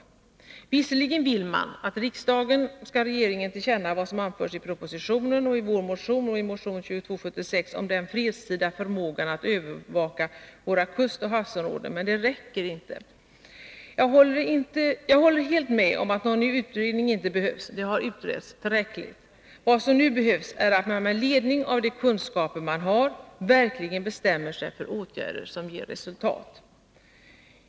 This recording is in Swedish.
Visserligen vill man att riksdagen skall ge regeringen till känna vad som anförts i propositionen och i vår motion och motion 2276 om den fredstida förmågan att övervaka våra kustoch havsområden, men det räcker inte. Jag håller helt med om att någon ny utredning ej behövs, det har utretts tillräckligt. Vad som nu behövs är att man med ledning av de kunskaper man har verkligen bestämmer sig för åtgärder som ger resultat.